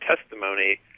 testimony